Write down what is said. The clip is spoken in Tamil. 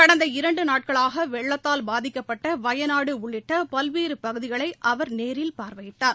கடந்த இரண்டு நாட்களாக வெள்ளத்தால் பாதிக்கப்பட்ட வயநாடு உள்ளிட்ட பல்வேறு பகுதிகளை அவர் நேரில் பார்வையிட்டார்